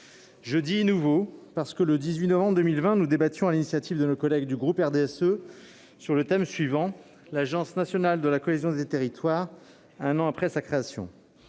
Je dis « nouveau », parce que le 18 novembre 2020, déjà, nous débattions sur l'initiative de nos collègues du groupe RDSE sur le thème de l'« Agence nationale de la cohésion des territoires, un an après sa création